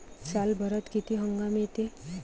सालभरात किती हंगाम येते?